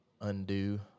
undo